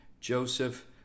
Joseph